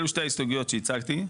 אלו שתי ההסתייגויות שהצגתי,